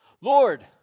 Lord